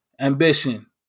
ambition